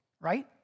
right